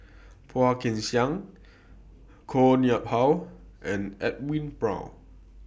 Phua Kin Siang Koh Nguang How and Edwin Brown